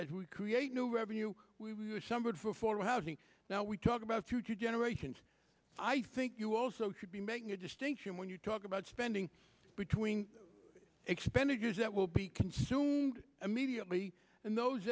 that we create new revenue we were some good for for housing now we talk about future generations i think you also should be making a distinction when you talk about spending between expenditures that will be consumed immediately and those